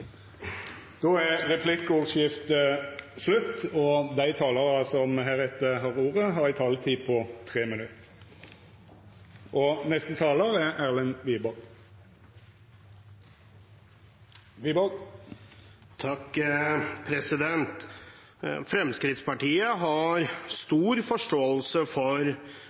Replikkordskiftet er slutt. Dei talarane som heretter får ordet, har ei taletid på inntil 3 minutt. Fremskrittspartiet har stor forståelse for det ønsket flere har,